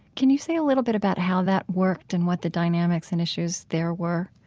can you say a little bit about how that worked and what the dynamics and issues there were?